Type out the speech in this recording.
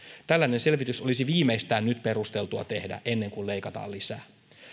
tällainen selvitys olisi viimeistään nyt perusteltua tehdä ennen kuin leikataan lisää